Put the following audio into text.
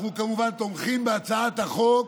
אנחנו כמובן תומכים בהצעת החוק,